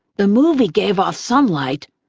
the movie gave off some light,